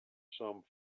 some